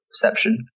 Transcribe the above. perception